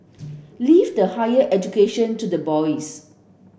leave the higher education to the boys